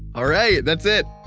all right, that's it.